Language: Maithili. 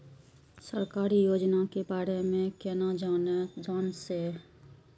सरकारी योजना के बारे में केना जान से?